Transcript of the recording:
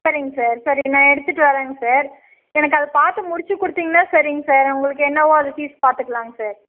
சரிங்க சார் சரி நான் எடுத்துட்டு வர்றேன்ங்க சார் எனக்கு அதை பார்த்து முடித்து கொடுத்தீங்கனா சரிங்க சார் உங்களுக்கு என்னவோ அது ஃபீஸ் பார்த்துக்கலாங்க சார்